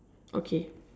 okay